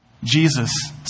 Jesus